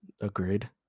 Agreed